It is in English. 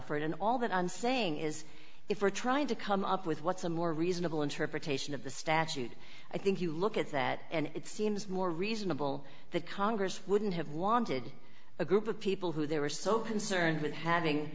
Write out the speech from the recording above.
for it and all that on saying is if we're trying to come up with what's a more reasonable interpretation of the statute i think you look at that and it seems more reasonable that congress wouldn't have wanted a group of people who they were so concerned with having